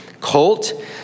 cult